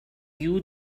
you